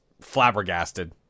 flabbergasted